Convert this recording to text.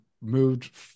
moved